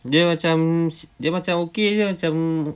dia macam dia macam okay jer macam